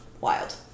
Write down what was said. wild